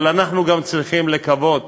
אבל אנחנו גם צריכים לקוות